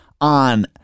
On